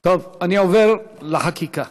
טוב, אני עובר לחקיקה.